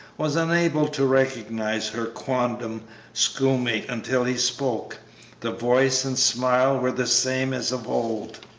was unable to recognize her quondam schoolmate until he spoke the voice and smile were the same as of old!